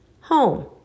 home